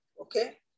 Okay